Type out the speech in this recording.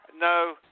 no